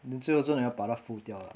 then 最后真的要把他付掉 lah